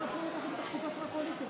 הלוואי.